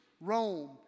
Rome